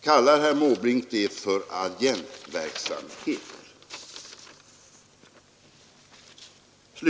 Kallar herr Måbrink det för agentverksamhet?